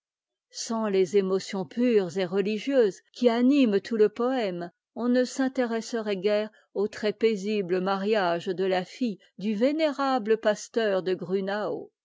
sans les émotions pures et religieuses qui animent tout le poëme on ne s'intéresserait guère au très paisible mariage de la fille du vénérable pasteur de granau